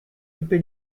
tipi